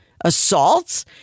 assaults